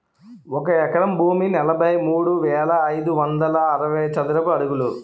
ఒక ఎకరం భూమి నలభై మూడు వేల ఐదు వందల అరవై చదరపు అడుగులు